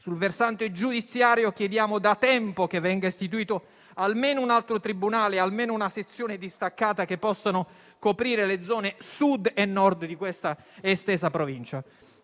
Sul versante giudiziario chiediamo da tempo che vengano istituiti almeno un altro tribunale e almeno una sezione distaccata che possano coprire le zone Sud e Nord di questa estesa Provincia.